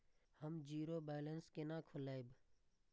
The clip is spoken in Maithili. हम जीरो बैलेंस केना खोलैब?